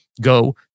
go